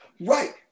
Right